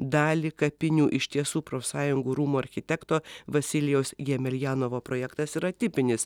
dalį kapinių iš tiesų profsąjungų rūmų architekto vasilijaus jemeljanovo projektas yra tipinis